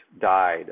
died